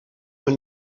elle